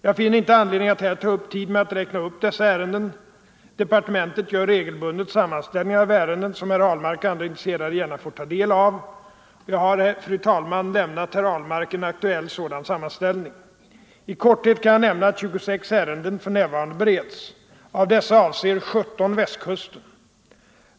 Jag finner inte anledning att här ta upp tid med att räkna upp dessa ärenden. Departementet gör regelbundet sammanställningar av ärendena som herr Ahlmark och andra intresserade gärna får ta del av. Jag har, fru talman, lämnat herr Ahlmark en aktuell sådan sammanställning. I korthet kan jag nämna att 26 ärenden för närvarande bereds. Av dessa avser 17 Västkusten.